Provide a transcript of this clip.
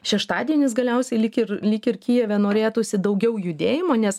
šeštadienis galiausiai lyg ir lyg ir kijeve norėtųsi daugiau judėjimo nes